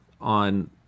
on